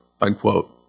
unquote